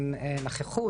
הם נכחו,